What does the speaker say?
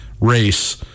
Race